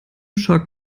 schock